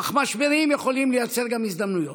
אך משברים יכולים לייצר גם הזדמנויות,